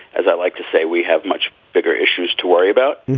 as i like to say, we have much bigger issues to worry about.